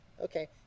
okay